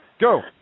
go